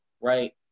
right